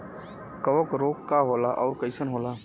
कवक रोग का होला अउर कईसन होला?